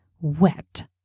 wet